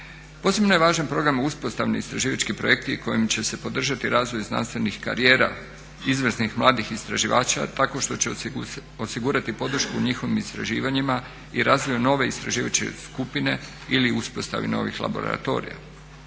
Posebno je važan program uspostavni istraživački projekti kojima će se podržati razvoj znanstvenih karijera izvrsnih mladih istraživača tako što će osigurati podršku njihovim istraživanjima i razvoju nove istraživačke skupine ili uspostavi novih laboratorija.